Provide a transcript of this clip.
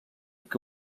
que